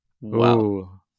Wow